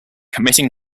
committing